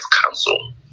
council